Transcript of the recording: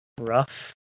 Rough